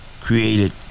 created